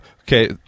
Okay